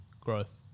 growth